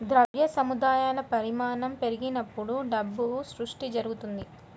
ద్రవ్య సముదాయాల పరిమాణం పెరిగినప్పుడు డబ్బు సృష్టి జరుగుతది